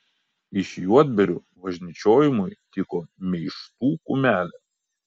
iš juodbėrių važnyčiojimui tiko meištų kumelė